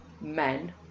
men